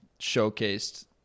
showcased